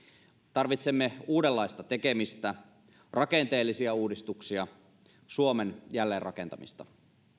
tarvitsemme uudenlaista tekemistä rakenteellisia uudistuksia suomen jälleenrakentamista